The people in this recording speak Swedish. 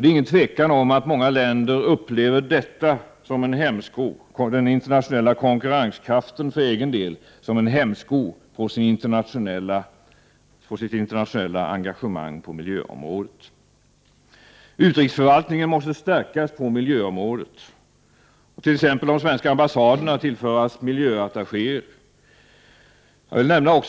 Det är inget tvivel om att många länder upplever den internationella konkurrensen som en hämsko på sitt eget internationella engagemang på miljöområdet. Utrikesförvaltningen måste stärkas på miljöområdet och de svenska ambassaderna tillföras miljöattachéer. Jag vill nämna